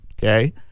okay